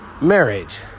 marriage